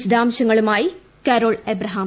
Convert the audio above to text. വിശദാംശങ്ങളുമായി Carol Abraham